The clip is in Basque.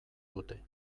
dute